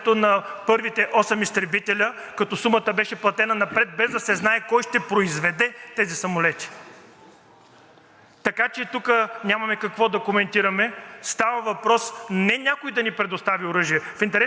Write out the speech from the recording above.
Така че тук няма какво да коментираме. Става въпрос не някой да ни предостави оръжие, в интерес на истината аз съм още по притеснен и от други неща, които чета в текста, който е предложен за гласуване.